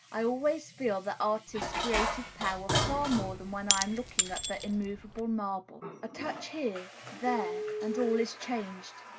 i always feel the artist's creative power far more than when i am looking at the immovable marble. a touch here there and all is changed.